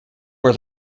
were